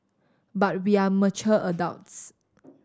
but we are mature adults